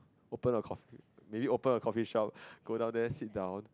open a coffee maybe open a coffee-shop go down there sit down